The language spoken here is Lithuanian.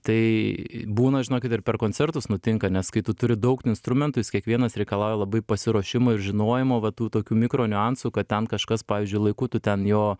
tai būna žinokit ir per koncertus nutinka nes kai tu turi daug instrumentų jis kiekvienas reikalauja labai pasiruošimo ir žinojimo va tų tokių mikro niuansų kad ten kažkas pavyzdžiui laiku tu ten jo